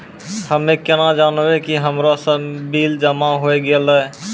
हम्मे केना जानबै कि हमरो सब बिल जमा होय गैलै?